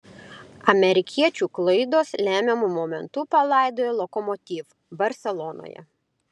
amerikiečių klaidos lemiamu momentu palaidojo lokomotiv barselonoje